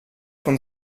von